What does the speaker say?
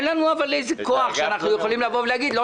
אבל אין לנו כוח שאנחנו יכולים להגיד: "לא